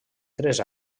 tres